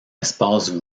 espace